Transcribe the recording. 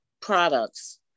products